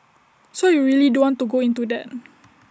so you really don't want to go into that